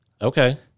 Okay